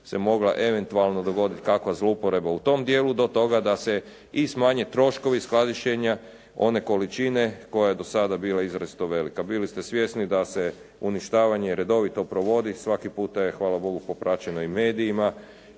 se mogla eventualno dogoditi kakva zlouporaba u tom dijelu do toga da se i smanje troškovi skladištenja one količine koja je dosada bila izrazito velika. Bili ste svjesni da se uništavanje redovito provodi, svaki puta je hvala Bogu popraćeno i medijima